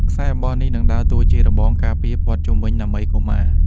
ខ្សែអំបោះនេះនឹងដើរតួជា របងការពារ ព័ទ្ធជុំវិញដើម្បីកុមារ។